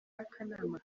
y’akanama